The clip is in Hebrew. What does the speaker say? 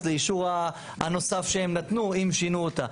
לאישור הנוסף שהם נתנו אם שינו אותה,